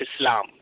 Islam